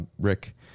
Rick